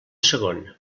segon